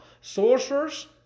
sorcerers